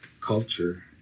culture